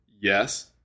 Yes